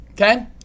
Okay